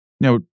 Now